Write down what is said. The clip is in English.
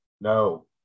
No